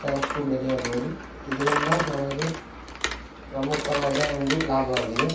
ಎತ್ತರಕ್ಕೂ ಬೆಳೆಯಬೌದು ಇದರಿಂದ ನಮಗೆ ಪ್ರಮುಖವಾದ ಒಂದು ಲಾಭವಾಗಿದೆ